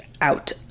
out